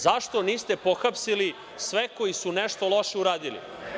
Zašto niste pohapsili sve koji su nešto loše uradili?